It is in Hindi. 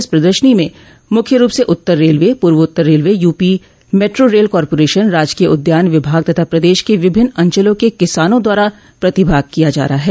इस प्रदर्शनी में मुख्य रूप से उत्तर रेलवे पूर्वोत्तर railway UP metro rail corporation राजकीय उद्यान विभाग तथा प्रदेश के विभिन्न अंचलों के किसानों द्वारा प्रतिभाग किया जा रहा है